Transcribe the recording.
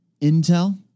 intel